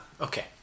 Okay